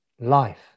life